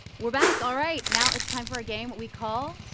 we're back. all right. now it's time for a game we call.